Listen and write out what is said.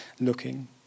looking